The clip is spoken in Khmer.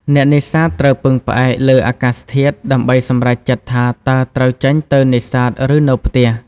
អ្នកនេសាទត្រូវពឹងផ្អែកលើ អាកាសធាតុ ដើម្បីសម្រេចចិត្តថាតើត្រូវចេញទៅនេសាទឬនៅផ្ទះ។